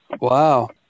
Wow